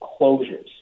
closures